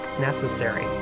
necessary